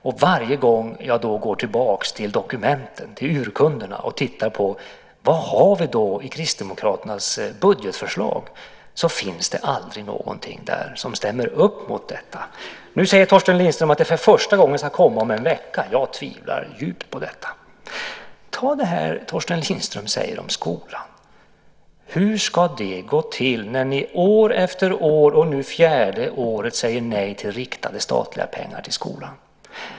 Och varje gång jag går tillbaka till dokumenten, till urkunderna, och tittar på vad vi har i Kristdemokraternas budgetförslag ser jag att det aldrig finns någonting där som svarar upp mot detta. Nu säger Torsten Lindström att det för första gången ska komma om en vecka. Jag tvivlar djupt på detta. Ta det Torsten Lindström säger om skolan. Hur ska det gå till när ni år efter år, nu för fjärde året, säger nej till riktade statliga pengar till skolan?